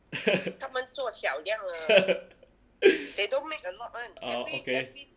orh okay